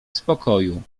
spokoju